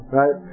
right